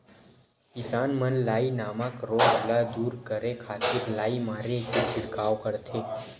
किसान मन लाई नामक रोग ल दूर करे खातिर लाई मारे के छिड़काव करथे